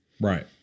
Right